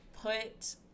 put